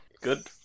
good